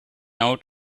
out